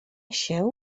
się